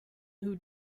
who